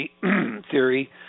theory